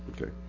Okay